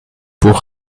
pour